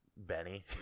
Benny